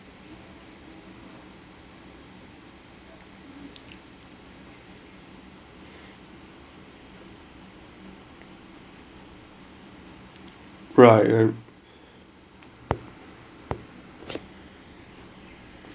right then